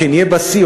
כשנהיה בשיא,